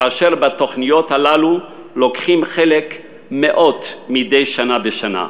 כאשר בתוכניות האלה לוקחים חלק מאות מדי שנה בשנה.